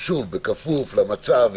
בכפוף למצב,